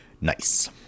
Nice